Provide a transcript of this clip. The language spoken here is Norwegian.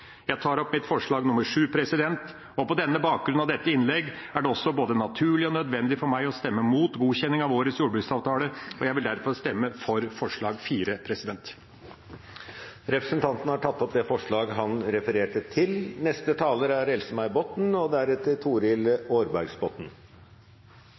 Jeg tar opp mitt forslag nr. 7, og på denne bakgrunn og med dette innlegg er det også naturlig og nødvendig for meg å stemme mot godkjenning av årets jordbruksavtale, og jeg vil derfor stemme for forslag nr. 4. Da har representanten Per Olaf Lundteigen tatt opp det forslaget han refererte. Landbruket blåser liv i landet vårt. Det er dette vi skal bygge videre på og